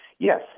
Yes